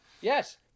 Yes